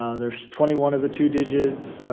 ah there's twenty one of the two digits.